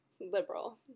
liberal